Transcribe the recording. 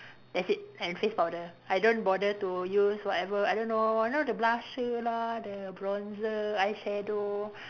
that's it and face powder I don't bother to use whatever I don't know you know the blusher lah the bronzer eye shadow